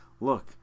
Look